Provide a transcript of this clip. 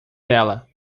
tela